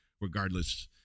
regardless